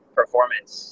performance